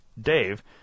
Dave